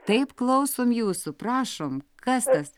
taip klausom jūsų prašom kas tas